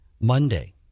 Monday